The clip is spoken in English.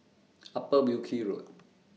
Upper Wilkie Road